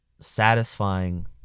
satisfying